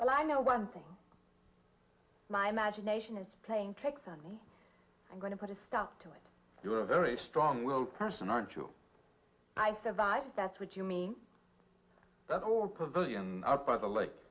but i know one thing my imagination is playing tricks on me i'm going to put a stop to it you're a very strong willed person aren't you i survive that's what you me or pavilion up by the lake